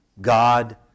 God